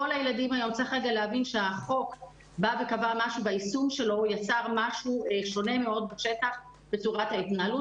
צריך להבין שיישום החוק יצר משהו שונה מאוד בשטח בצורת ההתנהלות.